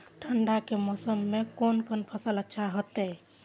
ठंड के मौसम में कोन कोन फसल अच्छा होते?